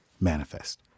manifest